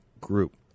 Group